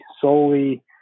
solely